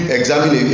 examine